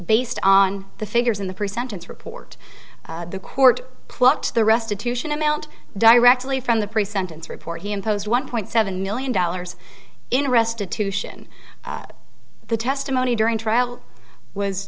based on the figures in the pre sentence report the court plucked the restitution amount directly from the pre sentence report he imposed one point seven million dollars in restitution the testimony during trial was